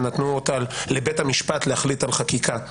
ונתנו לבית המשפט להחליט על חקיקה.